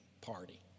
party